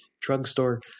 drugstore